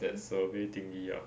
that survey thingy ah